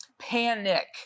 panic